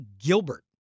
Gilbert